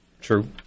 True